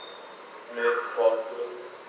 I mean for phone